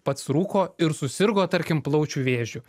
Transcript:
pats rūko ir susirgo tarkim plaučių vėžiu